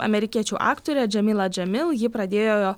amerikiečių aktorė džemila džemil ji pradėjo